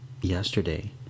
yesterday